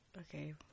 Okay